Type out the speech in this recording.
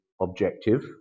objective